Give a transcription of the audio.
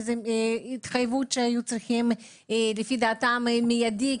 התחייבות שהיו צריכים לפי דעתם מיידי,